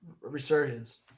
resurgence